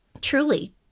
truly